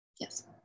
yes